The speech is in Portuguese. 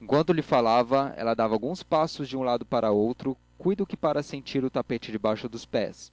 enquanto lhe lava ela dava alguns passos de um lado para outro cuido que para sentir o tapete debaixo dos pos